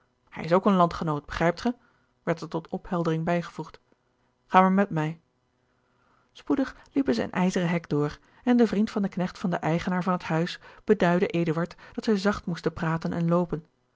hij is ook een landgenoot begrijpt ge werd er tot opheldering bijgevoegd ga maar met mij spoedig liepen zij een ijzeren hek door en de vriend van den knecht van den eigenaar van het huis beduidde eduard dat zij zacht moesten praten en loopen